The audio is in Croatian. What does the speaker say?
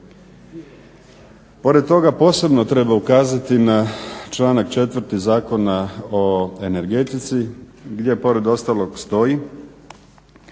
Pored toga posebno treba ukazati na članak 4. Zakona o energetici gdje pored ostalog stoji: